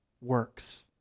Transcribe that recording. works